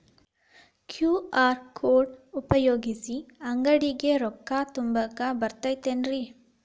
QR code ಉಪಯೋಗಿಸಿ, ಅಂಗಡಿಗೆ ರೊಕ್ಕಾ ತುಂಬಾಕ್ ಬರತೈತೇನ್ರೇ?